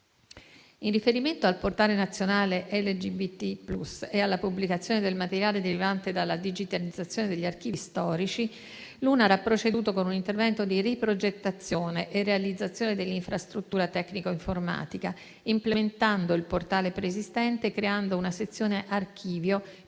In riferimento al portale nazionale LGBT+ e alla pubblicazione del materiale derivante dalla digitalizzazione degli archivi storici, l'UNAR ha proceduto con un intervento di riprogettazione e realizzazione dell'infrastruttura tecnico-informatica, implementando il portale preesistente e creando una sezione archivio